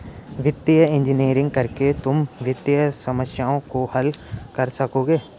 वित्तीय इंजीनियरिंग करके तुम वित्तीय समस्याओं को हल कर सकोगे